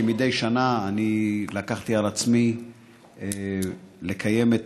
כמדי שנה אני לקחתי על עצמי לקיים את